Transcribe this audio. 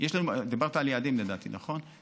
דיברת על יעדים, לדעתי, נכון?